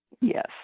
Yes